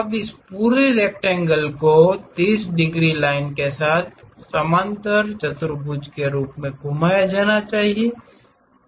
अब इस पूरी रेक्टेंगल को उस 30 डिग्री लाइन के साथ समांतर चतुर्भुज के रूप में घुमाया जाना है